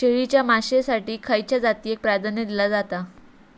शेळीच्या मांसाएसाठी खयच्या जातीएक प्राधान्य दिला जाता?